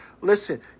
listen